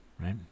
right